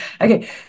Okay